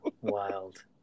Wild